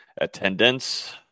attendance